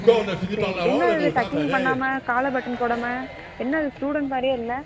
ம் சரி என்னது இது டக்கிங் பண்ணாமல் காலர் பட்டன் போடாமல் என்னது ஸ்டூடண்ட் மாதிரியே இல்லை